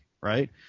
right